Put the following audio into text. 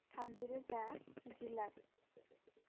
थामजि रोजा जि लाख